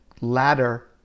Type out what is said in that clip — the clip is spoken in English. ladder